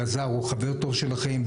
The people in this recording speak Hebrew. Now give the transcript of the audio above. אלעזר, הוא חבר טוב שלכם.